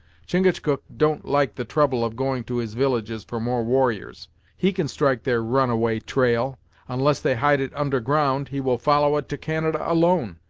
chingachgook don't like the trouble of going to his villages for more warriors he can strike their run-a-way trail unless they hide it under ground, he will follow it to canada alone.